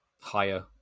Higher